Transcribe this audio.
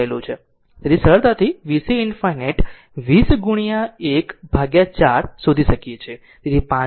તેથી સરળતાથી vc ∞ 20 ગુણ્યા 1 ભાગ્યા 4 શોધી શકીએ છીએ તેથી 5 વોલ્ટ